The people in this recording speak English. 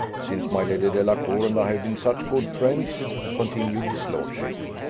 since my lady delacour and i have been such good friends, continued his lordship,